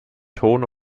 ton